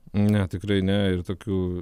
ne tikrai ne ir tokių